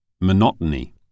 Monotony